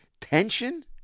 tension